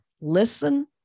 listen